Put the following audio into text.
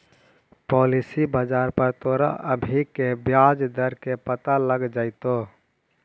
policy बाजार पर तोरा अभी के ब्याज दर के पता लग जाइतो